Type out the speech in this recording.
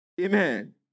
Amen